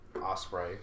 Osprey